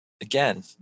again